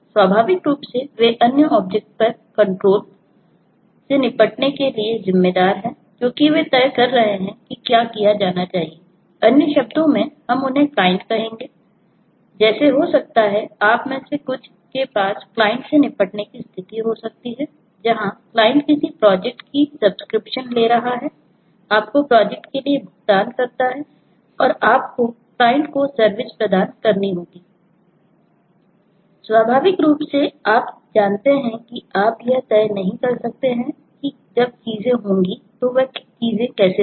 स्वाभाविक रूप से आप जानते हैं कि आप यह तय नहीं कर सकते हैं कि जब चीजें होंगी तो वह चीजें कैसे होंगी